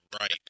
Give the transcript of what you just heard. right